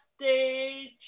stage